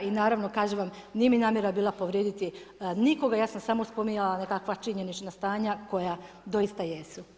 I naravno, kažem vam, nije mi namjera bila povrijediti nikoga, ja sam samo spominjala nekakva činjenična stanja koja doista jesu.